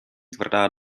tvrdá